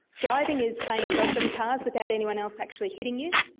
driving is playing dodgem cars without anyone else actually hitting you.